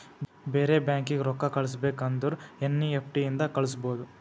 ಬೇರೆ ಬ್ಯಾಂಕೀಗಿ ರೊಕ್ಕಾ ಕಳಸ್ಬೇಕ್ ಅಂದುರ್ ಎನ್ ಈ ಎಫ್ ಟಿ ಇಂದ ಕಳುಸ್ಬೋದು